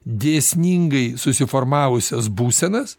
dėsningai susiformavusias būsenas